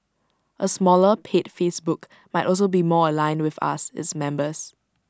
A smaller paid Facebook might also be more aligned with us its members